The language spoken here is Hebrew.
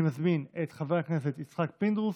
חברים,